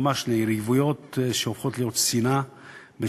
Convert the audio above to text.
ממש ליריבויות שהופכות להיות שנאה בין